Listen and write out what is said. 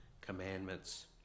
commandments